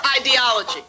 ideology